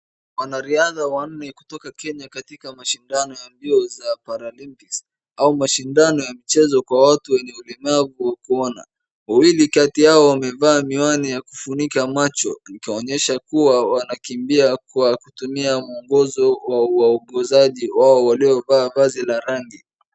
Wanariadha wanne kutoka Kenya katika mashindano ya mbio za para olympics au mashindano ya mchezo kwenye watu wenye ulemavu wa kuona. Wawili kati yao wamevaa miwani ya kufunika macho ikionyesha kuwa wanakimbia kwa kutumia muongozo wa uwaongozaji wao waliovaa vazi la rangi.